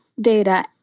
data